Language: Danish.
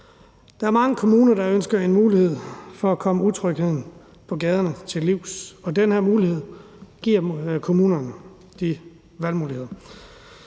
Der er mange kommuner, der ønsker en mulighed for at komme utrygheden på gaderne til livs, og det her lovforslag giver kommunerne valgmuligheder.